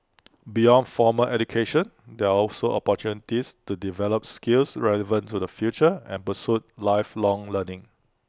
beyond formal education there are also opportunities to develop skills relevant to the future and pursue lifelong learning